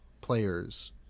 players